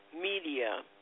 media